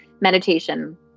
meditation